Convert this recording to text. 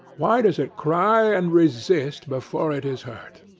why does it cry and resist before it is hurt?